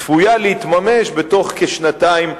צפויה להתממש בתוך כשנתיים,